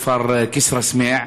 בכפר כסרא-סמיע,